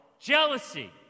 jealousy